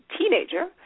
teenager